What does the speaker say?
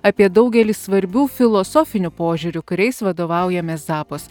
apie daugelį svarbių filosofinių požiūrių kuriais vadovaujamės zappos